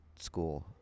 school